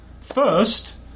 first